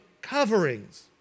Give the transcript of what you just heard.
coverings